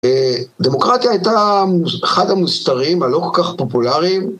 דמוקרטיה הייתה אחד המוסתרים הלא כל כך פופולריים